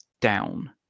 down